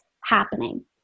happening